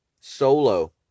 Solo